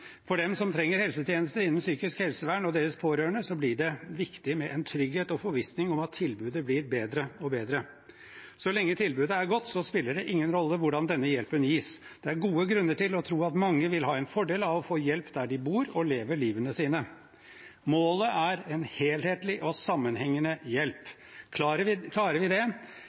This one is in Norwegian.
For dem som trenger helsetjenester innen psykisk helsevern og deres pårørende, blir det viktig med en trygghet og forvissning om at tilbudet blir bedre og bedre. Så lenge tilbudet er godt, spiller det ingen rolle hvordan denne hjelpen gis. Det er gode grunner til å tro at mange vil ha en fordel av å få hjelp der de bor og lever livene sine. Målet er en helhetlig og sammenhengende hjelp. Klarer vi det, lever vi